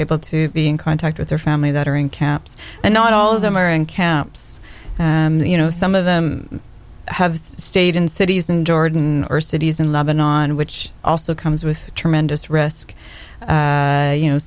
able to be in contact with their family that are in camps and not all of them are in camps and you know some of them have stayed in cities in jordan or cities in lebanon which also comes with tremendous risk you know